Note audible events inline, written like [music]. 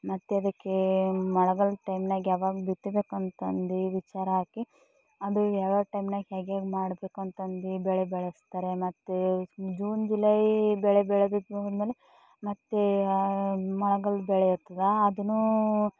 ಮತ್ತು ಅದಕ್ಕೆ ಮಳೆಗಾಲದ ಟೈಮ್ನಾಗೆ ಯಾವಾಗ ಬಿತ್ತಬೇಕು ಅಂತಂದು ವಿಚಾರ ಹಾಕಿ ಅದೇ ಯಾವ್ಯಾವ ಟೈಮ್ನಾಗ ಹೇಗೇಗೆ ಮಾಡ್ಬೇಕಂತಂದು ಬೆಳೆ ಬೆಳೆಸ್ತಾರೆ ಮತ್ತು ಜೂನ್ ಜುಲಾಯಿ ಬೆಳೆ [unintelligible] ಮತ್ತೆ ಮಳೆಗಾಲ ಬೆಳೆಯಾಯ್ತದ ಅದನ್ನು